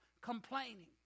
complaining